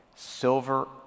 Silver